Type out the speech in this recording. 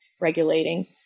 regulating